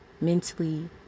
Mentally